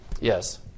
Yes